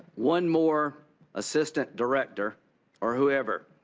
one more assistant director or whoever,